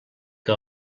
que